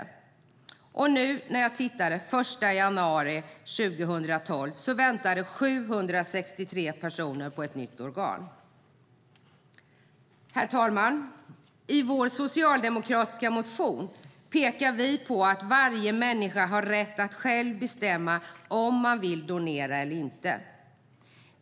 Nu, när jag tittade den 1 januari 2012, väntade 763 personer på ett nytt organ. Herr talman! I vår socialdemokratiska motion pekar vi på att varje människa har rätt att själv bestämma om man vill donera eller inte.